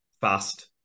fast